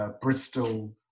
Bristol